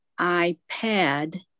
iPad